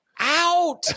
out